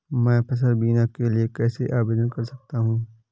मैं फसल बीमा के लिए कैसे आवेदन कर सकता हूँ?